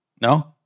No